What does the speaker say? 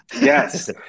Yes